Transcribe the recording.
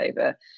over